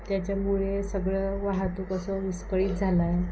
त्याच्यामुळे सगळं वाहतूक असं विस्कळीत झाली आहे